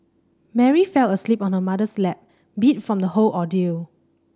Mary fell asleep on her mother's lap beat from the whole ordeal